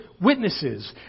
witnesses